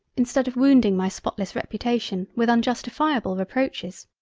instead of wounding my spotless reputation with unjustifiable reproaches.